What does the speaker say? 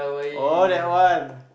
oh that one